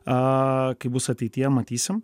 kaip bus ateityje matysim